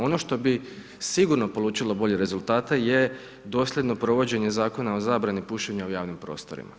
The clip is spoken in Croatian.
Ono što bi sigurno polučilo bolje rezultate, je doseljeno provođenje zakona o zabrani pušenja u javnim prostorima.